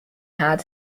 had